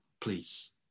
please